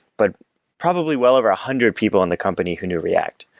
but probably well over a hundred people in the company who knew react.